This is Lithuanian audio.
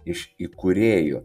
iš įkūrėjų